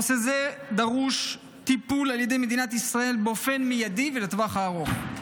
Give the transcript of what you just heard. נושא זה דורש טיפול על ידי מדינת ישראל באופן מיידי ובטווח הארוך.